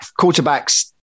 quarterbacks